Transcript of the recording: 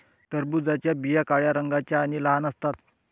टरबूजाच्या बिया काळ्या रंगाच्या आणि लहान असतात